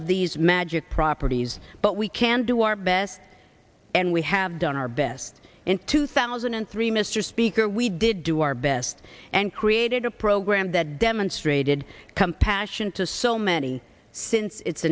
of these magic properties but we can do our best and we have done our best in two thousand and three mr speaker we did do our best and created a program that demonstrated compassion to so many since it's